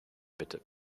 bitte